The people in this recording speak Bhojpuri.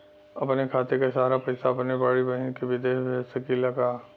अपने खाते क सारा पैसा अपने बड़ी बहिन के विदेश भेज सकीला का?